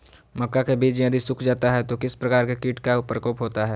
मक्का के बिज यदि सुख जाता है तो किस प्रकार के कीट का प्रकोप होता है?